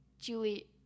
Julie